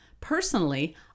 personally